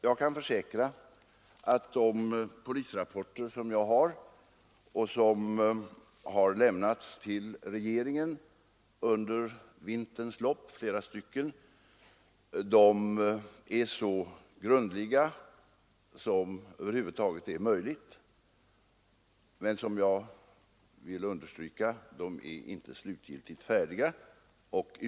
Jag kan emellertid försäkra att de polisrapporter som under vinterns lopp har lämnats till regeringen — det är flera stycken — är så grundliga som det är möjligt att göra dem, men de är som jag sade ännu inte slutgiltigt färdiga.